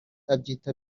abyita